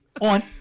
on